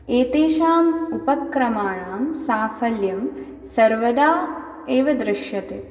एतेषाम् उपक्रमाणां साफल्यं सर्वदा एव दृश्यते